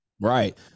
right